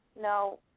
No